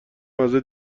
مزه